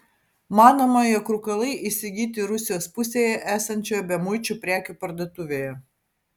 manoma jog rūkalai įsigyti rusijos pusėje esančioje bemuičių prekių parduotuvėje